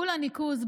כולה ניקוז,